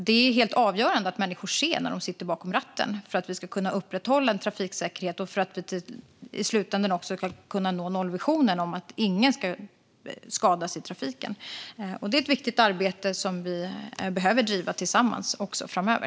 Det är ju helt avgörande att människor ser när de sitter bakom ratten för att vi ska kunna upprätthålla trafiksäkerheten och för att vi i slutänden också ska kunna nå nollvisionen om att ingen ska skadas i trafiken. Detta är ett viktigt arbete som vi behöver bedriva tillsammans också framöver.